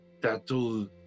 that'll